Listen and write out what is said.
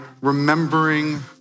remembering